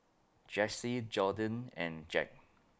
Jessee Jordyn and Jack